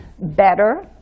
better